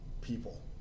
people